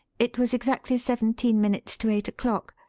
it was exactly seventeen minutes to eight o'clock.